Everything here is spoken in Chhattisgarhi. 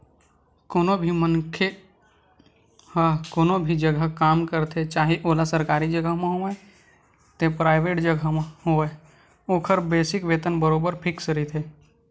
कोनो भी मनखे ह कोनो भी जघा काम करथे चाहे ओहा सरकारी जघा म होवय ते पराइवेंट जघा म होवय ओखर बेसिक वेतन बरोबर फिक्स रहिथे